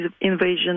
invasion